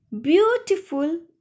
beautiful